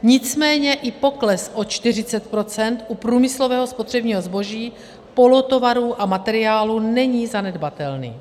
Nicméně i pokles o 40 % u průmyslového spotřebního zboží, polotovarů a materiálů není zanedbatelný.